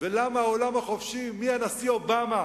למה העולם החופשי, מהנשיא אובמה